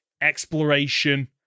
exploration